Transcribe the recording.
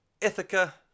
Ithaca